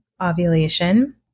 ovulation